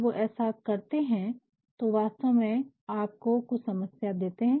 जब वो ऐसा करते है तो वास्तव में आपको कुछ समस्या देते है